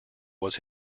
was